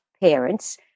parents